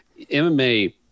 MMA